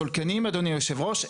אדוני היושב ראש,